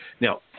Now